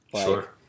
sure